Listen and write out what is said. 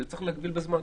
צריך להגביל בזמן,